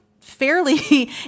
fairly